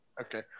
Okay